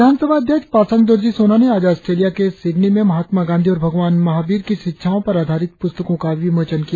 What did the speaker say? विधानसभा अध्यक्ष पासांग दोरजी सोना ने आज आस्ट्रेलिया के सिडनी में महात्मा गांधी और भगवान महाबीर की शिक्षाओं पर आधारित पुस्तकों का विमोचन किया